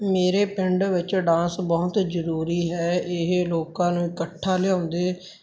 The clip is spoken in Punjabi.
ਮੇਰੇ ਪਿੰਡ ਵਿੱਚ ਡਾਂਸ ਬਹੁਤ ਜ਼ਰੂਰੀ ਹੈ ਇਹ ਲੋਕਾਂ ਨੂੰ ਇਕੱਠਾ ਲਿਆਉਂਦੇ